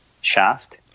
shaft